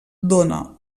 dóna